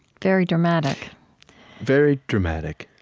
very dramatic very dramatic,